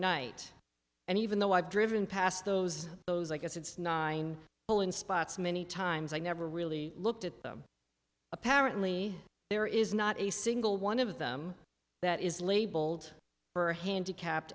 night and even though i've driven past those those i guess it's nine pull in spots many times i never really looked at them apparently there is not a single one of them that is labeled for a handicapped